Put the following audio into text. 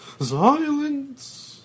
Silence